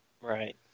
Right